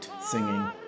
singing